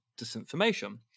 disinformation